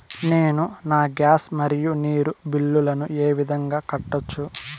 నేను నా గ్యాస్, మరియు నీరు బిల్లులను ఏ విధంగా కట్టొచ్చు?